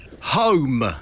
Home